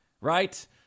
right